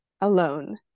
alone